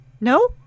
No